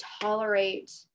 tolerate